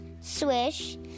swish